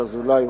שוש אזולאי,